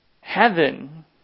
heaven